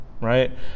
Right